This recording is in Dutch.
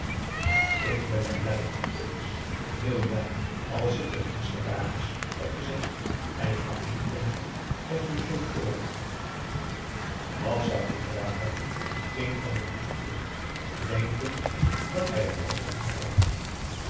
ik ben er blij om kees heel blij als het ten minste waar is wat je zegt en ik mag niet denken dat je me zult voorliegen wat zou ik eraan hebben ging van den broek voort denkend dat hij het al gewonnen had